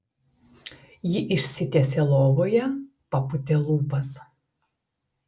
ji išsitiesė lovoje papūtė lūpas